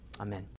Amen